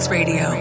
Radio